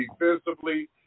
defensively